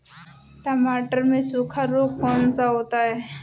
टमाटर में सूखा रोग कौन सा होता है?